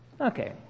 Okay